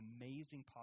amazing